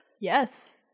Yes